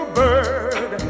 bird